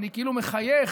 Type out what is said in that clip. אני כאילו מחייך,